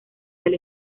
del